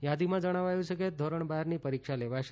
યાદીમાં જણાવ્યું છે કે ધોરણ બારની પરીક્ષા લેવાશે